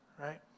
right